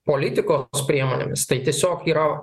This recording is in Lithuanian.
politikos priemonėmis tai tiesiog yra